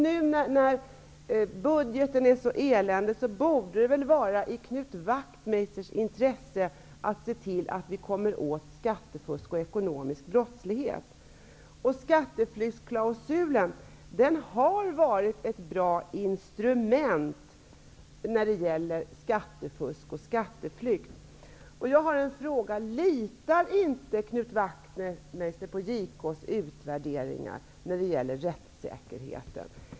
Nu, när budgeten är så eländig, borde det väl vara i Knut Wachtmeisters intresse att se till att vi kommer åt skattefusk och ekonomisk brottslighet. Skatteflyktsklausulen har varit ett bra instrument när det gäller skattefusk och skatteflykt. Litar inte Knut Wachtmeister på JK:s utvärderingar när det gäller rättssäkerheten?